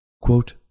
Quote